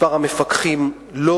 מספר המפקחים לא